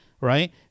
right